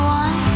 one